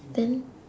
then